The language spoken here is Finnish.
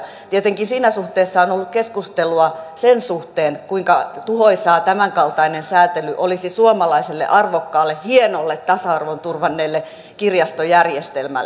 tietenkin siinä suhteessa on ollut keskustelua sen suhteen kuinka tuhoisaa tämänkaltainen säätely olisi suomalaiselle arvokkaalle hienolle tasa arvon turvanneelle kirjastojärjestelmälle